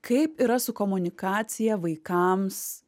kaip yra su komunikacija vaikams